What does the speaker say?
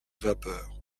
vapeur